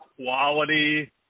Quality